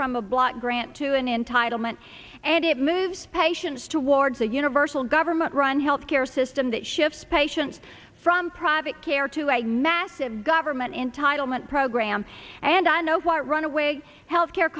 from a block grant to an entitlement and it moves patients towards a universal government run health care system that shifts patients from private care to a massive government entitlement program and i know what runaway health care